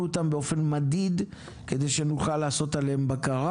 אותם באופן מדיד כדי שנוכל לעשות בקרה.